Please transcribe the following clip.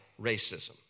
racism